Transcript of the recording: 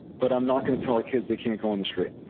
but i'm not going to tell our kids they can't go in the street.